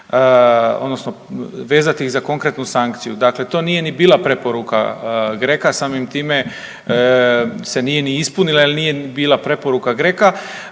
odnosno vezati ih za konkretnu sankciju. Dakle, to nije ni bila preporuka GRECO-a, samim time se nije ni ispunila jer nije ni bila preporuka GRECO-a,